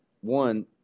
One